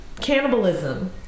cannibalism